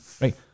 right